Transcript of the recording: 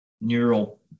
neural